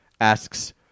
asks